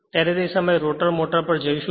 ત્યારે તે સમયે રોટર મોટર પર જોઈશું